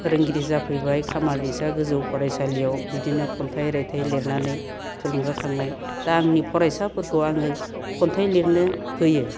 फोरोंगिरि जाफैबाय खामार दैसा गोजौ फरायसालियाव बिदिनो खन्थाइ रायथाइ लिरनानै थुलुंगा खांनाय दा आंनि फरायसाफोरखौ आङो खन्थाइ लिरनो होयो